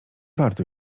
warto